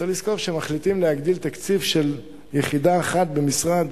צריך לזכור שאם מחליטים להגדיל תקציב של יחידה אחת במשרד